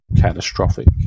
catastrophic